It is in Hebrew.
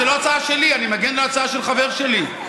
זו לא הצעה שלי, אני מגן על הצעה של חבר שלי.